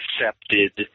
accepted